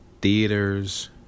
theaters